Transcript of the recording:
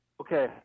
Okay